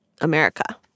America